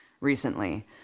recently